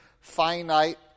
finite